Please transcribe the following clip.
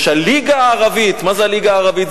יש הליגה הערבית, מה זה הליגה הערבית?